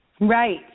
Right